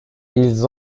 ils